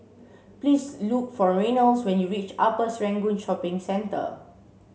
please look for Reynolds when you reach Upper Serangoon Shopping Centre